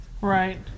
Right